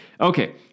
Okay